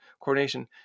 coordination